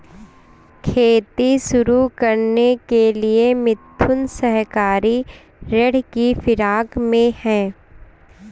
खेती शुरू करने के लिए मिथुन सहकारी ऋण की फिराक में है